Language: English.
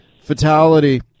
fatality